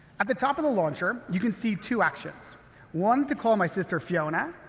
at the top of the launcher you can see two actions one, to call my sister, fiona,